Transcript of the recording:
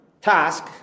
task